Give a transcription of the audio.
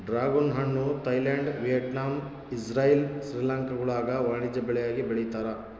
dragon ಹಣ್ಣು Thailand Vietnam Israel ಶ್ರೀಲಂಕಾಗುಳಾಗ ವಾಣಿಜ್ಯ ಬೆಳೆಯಾಗಿ ಬೆಳೀತಾರ